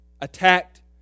attacked